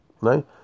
right